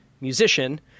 musician